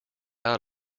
out